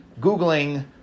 Googling